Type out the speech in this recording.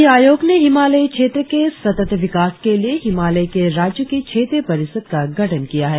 नीति आयोग ने हिमालय क्षेत्र के सतत विकास के लिए हिमालय के राज्यों की क्षेत्रीय परिषद का गठन किया है